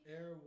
Air